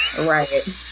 right